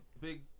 big